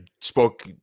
spoke